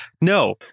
no